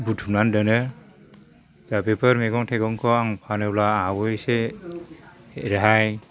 बुथुमनानै दोनो दा बेफोर मैगं थाइगंखौ आं फानोब्ला आंहाबो एसे रेहाय